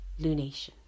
lunation